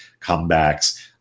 comebacks